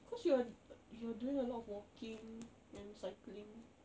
cause you are uh you are doing a lot of walking and cycling